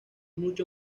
mucho